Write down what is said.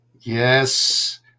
Yes